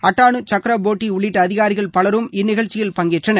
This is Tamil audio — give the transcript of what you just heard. அட்டானு சக்ரபோர்ட்டி உள்ளிட்ட அதிகாரிகள் பலரும் இந்நிகழ்ச்சியில் பங்கேற்றனர்